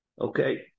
Okay